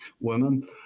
women